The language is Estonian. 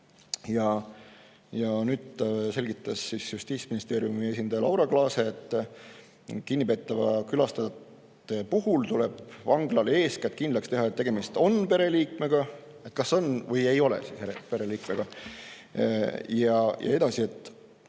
Ja nüüd selgitas Justiitsministeeriumi esindaja Laura Glaase, et kinnipeetava külastajate puhul tuleb vanglal eeskätt kindlaks teha, kas tegemist on või ei ole pereliikmega, ja edasi